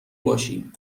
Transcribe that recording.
باشی